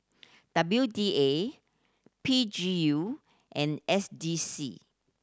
W D A P G U and S D C